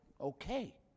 okay